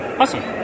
Awesome